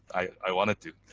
i wanted to,